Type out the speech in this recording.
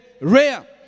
rare